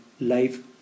life